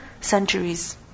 Centuries